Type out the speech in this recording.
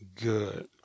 good